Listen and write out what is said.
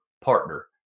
partner